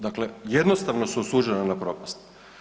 Dakle, jednostavno su osuđena na propast.